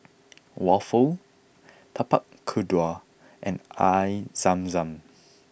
Waffle Tapak Kuda and Air Zam Zam